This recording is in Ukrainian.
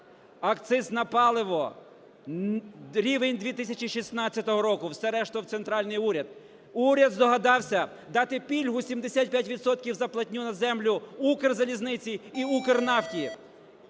Акциз на паливо – рівень 2016 року, все решта – в центральний уряд. Уряд здогадався дати пільгу 75 відсотків за платню на землю "Укрзалізниці" і "Укрнафті".